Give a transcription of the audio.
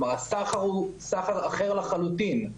הסחר הוא סחר אחר לחלוטין,